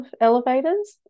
elevators